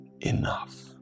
enough